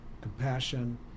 compassion